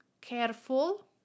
careful